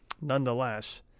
Nonetheless